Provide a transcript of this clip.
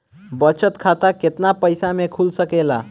बचत खाता केतना पइसा मे खुल सकेला?